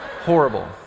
Horrible